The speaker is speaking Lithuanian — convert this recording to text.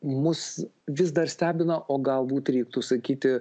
mus vis dar stebina o galbūt reiktų sakyti